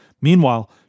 Meanwhile